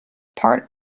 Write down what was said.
part